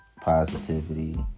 positivity